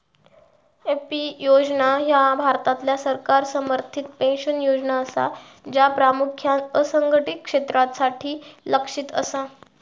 AP योजना ह्या भारतातल्या सरकार समर्थित पेन्शन योजना असा, ज्या प्रामुख्यान असंघटित क्षेत्रासाठी लक्ष्यित असा